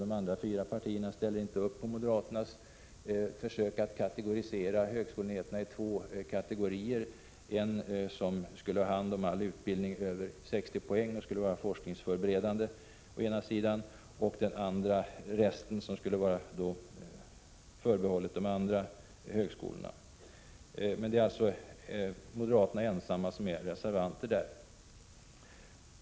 De fyra andra partierna ställer inte upp på moderaternas försök att kategorisera högskolorna. Moderaterna vill ha två kategorier — en kategori högskolor som skulle ha hand om all utbildning över 60 poäng och vara forskningsförberedande och en kategori högskolor som enbart skulle ha hand om i huvudsak ”postgymnasial yrkesutbildning”.